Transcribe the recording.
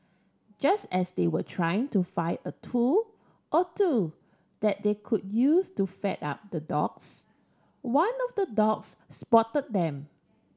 just as they were trying to find a tool or two that they could use to fend up the dogs one of the dogs spotted them